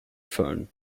phone